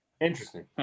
Interesting